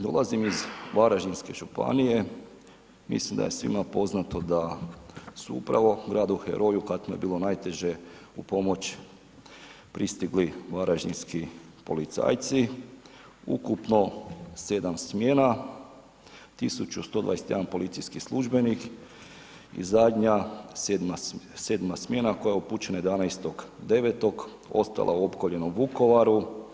Dolazim iz Varaždinske županije, mislim da je svima poznato da su upravo gradu heroju kad mu je bilo najteže u pomoć pristigli varaždinski policajci ukupno 7 smjena, 1.121 policijski službenik i zadnja 7 smjena koja je upućena 11.9. ostala opkoljena u Vukovaru.